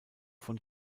von